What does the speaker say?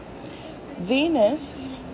Venus